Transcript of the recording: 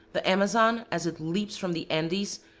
the amazon, as it leaps from the andes,